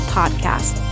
podcast